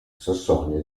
sassonia